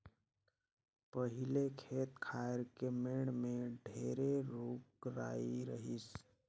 पहिले खेत खायर के मेड़ में ढेरे रूख राई रहिस